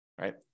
right